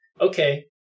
okay